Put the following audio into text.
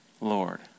Lord